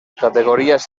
categories